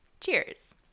Cheers